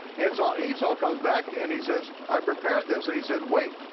and so esau comes back and he says, i've prepared this, and he said wait,